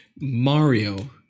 Mario